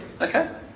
okay